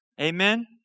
Amen